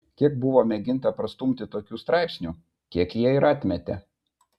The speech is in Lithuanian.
kiek buvo mėginta prastumti tokių straipsnių tiek jie ir atmetė